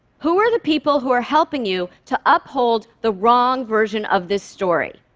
who are the people who are helping you to uphold the wrong version of this story?